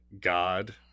God